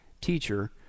teacher